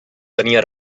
tenia